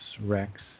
Rex